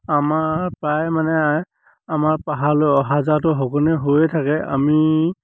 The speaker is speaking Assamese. আমাৰ প্ৰায় মানে আমাৰ পাহাৰলৈ অহা যোৱাটো সঘনে হৈয়ে থাকে আমি